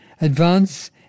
advance